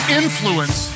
influence